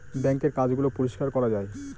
বাঙ্কের কাজ গুলো পরিষ্কার করা যায়